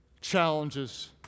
challenges